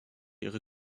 ihre